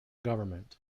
government